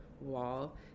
wall